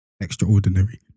Extraordinary